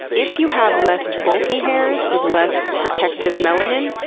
if you have less bulky hairs with less protective melanin,